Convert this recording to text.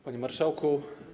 Panie Marszałku!